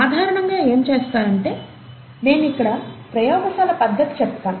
సాధారణంగా ఏమి చేస్తారంటే నేను ఇక్కడ ప్రయోగశాల పధ్ధతి చెప్తాను